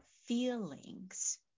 feelings